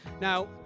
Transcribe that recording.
now